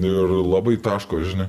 ir labai taško žinai